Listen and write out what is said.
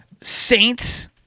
Saints